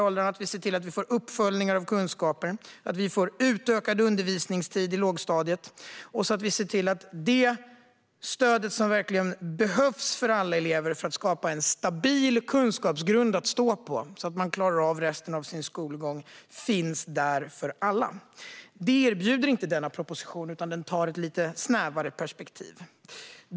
Det handlar om att vi ser till att vi får uppföljningar i fråga om kunskaper. Det handlar om att vi får utökad undervisningstid i lågstadiet. Och det handlar om att vi ser till att det stöd som behövs för att alla elever ska kunna skapa en stabil kunskapsgrund att stå på så att de klarar av resten av sin skolgång finns där för alla. Det erbjuder inte denna proposition, utan den har ett lite snävare perspektiv.